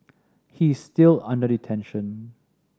he is still under detention